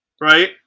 right